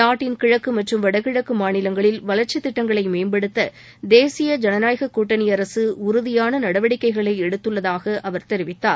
நாட்டின் கிழக்கு மற்றும் வடகிழக்கு மாநிலங்களில் வளர்ச்சித் திட்டங்களை மேம்படுத்த தேசிய ஜனநாயக கூட்டணி அரசு உறுதியான நடவடிக்கை எடுத்துள்ளதாக அவர் தெரிவித்தார்